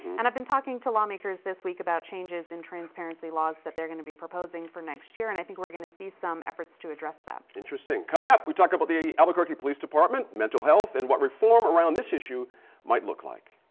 and i've been talking to lawmakers this week about changes in transparency laws that they're going to be proposing for next year, and i think we're going to see some efforts to address that. interesting. coming up, we talk about the albuquerque police department, mental health, and what reform around this issue might look like.